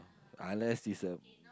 unless it's a